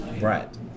Right